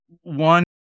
one